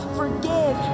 forgive